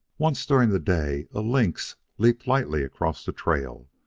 once, during the day, a lynx leaped lightly across the trail,